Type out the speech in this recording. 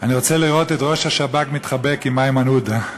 אני רוצה לראות את ראש השב"כ מתחבק עם איימן עודה.